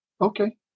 Okay